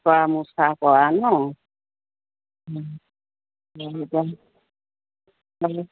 সৰা মোচা কৰা ন